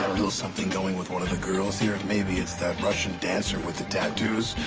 little something going with one of the girls here, maybe it's that russian dancer with the tattoos,